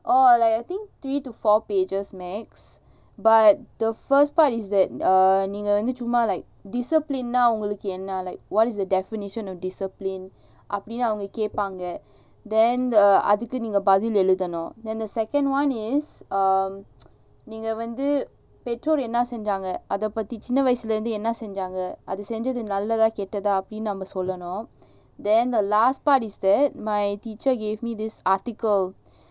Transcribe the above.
orh like I think three to four pages max but the first part is that err நீங்கவந்துசும்மா:nee vandhu summa discipline nah உங்களுக்குஎன்ன:ungaluku enna like what is the definition of discipline அப்டினுஅவங்ககேட்பாங்க:apdinu avanga ketpanga then the அதுக்குநீங்கபதில்எழுதணும்:adhuku neenga badhil eluthanum then the second one is um நீங்கவந்துபெற்றோர்என்னசெஞ்சாங்கஅதபத்திசின்னவயசுலஇருந்துஎன்னசெஞ்சாங்கஅதுசெஞ்சதுநல்லதாகெட்டதாஅப்டினுநம்மசொல்லணும்:neenga vandhu pettor ena senjanga adha paththi chinna vayasula irunthu enna senjanga adhu senjathu nallatha kettatha apdinu namma sollanum then the last part is that my teacher gave me this article